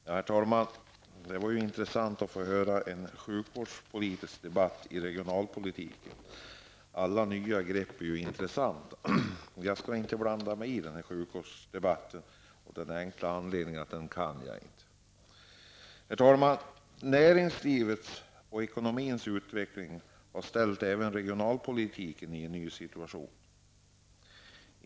Herr talman! Det var ju intressant att få lyssna till en sjukvårdspolitisk debatt under den regionalpolitiska debatten. Alla nya grepp är intressanta. Jag skall inte blanda mig i denna sjukvårdsdebatt av den enkla anledningen att jag inte är så kunnig. Herr talman! Näringslivets och ekonomins utveckling har ställt även regionalpolitiken i en ny situation.